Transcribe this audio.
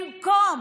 במקום